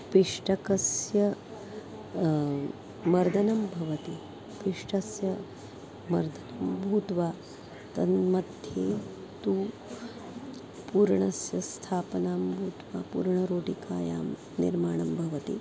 पिष्टकस्य मर्दनं भवति पिष्टस्य मर्दनं भूत्वा तन्मध्ये तु पूरणस्य स्थापनं भूत्वा पूरणरोटिकायां निर्माणं भवति